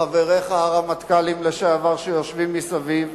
חבריך הרמטכ"לים לשעבר, שיושבים מסביב,